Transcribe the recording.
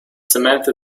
samantha